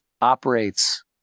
operates